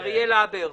אריאל הבר,